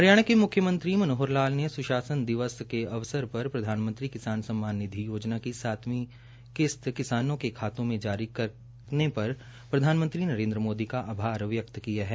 हरियाणा के मुख्यमंत्री श्री मनोहर लाल ने सुशासन दिवस के अवसर पर प्रधानमंत्री किसान सम्मान निधि योजना की सातवीं किस्त किसानों के खातों में जारी करने पर माननीय प्रधानमंत्री श्री नरेन्द्र मोदी का आभार व्यक्त किया है